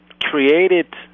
created